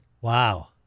Wow